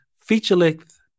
feature-length